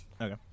Okay